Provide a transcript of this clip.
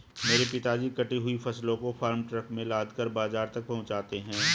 मेरे पिताजी कटी हुई फसलों को फार्म ट्रक में लादकर बाजार तक पहुंचाते हैं